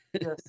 Yes